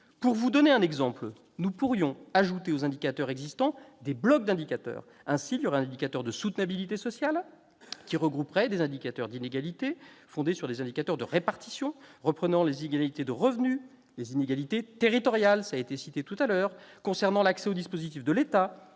Pour vous donner un exemple, nous pourrions ajouter aux indicateurs existants des « blocs d'indicateurs ». Serait ainsi créé un indicateur de soutenabilité sociale, qui regrouperait des indicateurs d'inégalités fondés sur des indicateurs de répartition, mesurant les inégalités de revenus, les inégalités territoriales- elles ont été citées tout à l'heure -concernant l'accès aux dispositifs de l'État